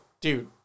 dude